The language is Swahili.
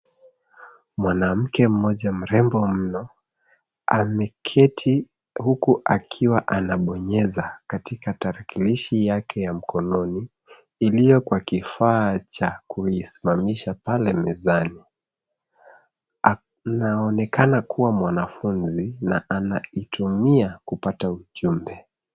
Mwanamke mmoja mrembo mno ameketi huku akiwa anabonyeza katika tarakilishi yake ya mkononi, iliyo kwa kifaa cha kuisimamisha pale mezani. Anaonekana kuwa mwanafunzi na anaitumia kupata ujumbe.